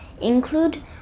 include